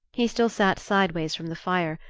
he still sat sideways from the fire,